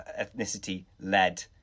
ethnicity-led